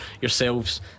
Yourselves